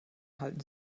halten